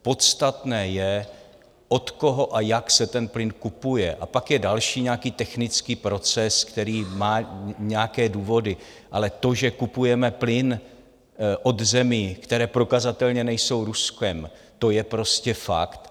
Podstatné je, od koho a jak se ten plyn kupuje, a pak je další nějaký technický proces, který má nějaké důvody, ale to, že kupujeme plyn od zemí, které prokazatelně nejsou Ruskem, to je prostě fakt.